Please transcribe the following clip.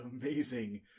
amazing